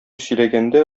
сөйләгәндә